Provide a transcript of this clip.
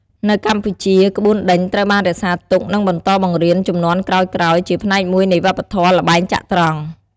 នៅកម្ពុជា ក្បួនដេញត្រូវបានរក្សាទុក និងបន្តបង្រៀនជំនាន់ក្រោយៗ ជាផ្នែកមួយនៃវប្បធម៌ល្បែងចត្រង្គ។